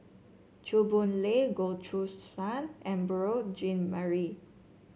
Chew Boon Lay Goh Choo San and Beurel Jean Marie